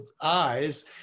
eyes